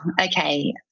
okay